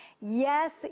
Yes